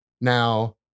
Now